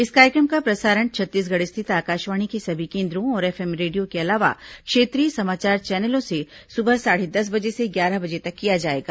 इस कार्यक्रम का प्रसारण छत्तीसगढ़ स्थित आकाशवाणी के सभी केन्द्रों और एफएम रेडियो के अलावा क्षेत्रीय समाचार चैनलों से सुबह साढ़े दस बजे से ग्यारह बजे तक किया जाएगा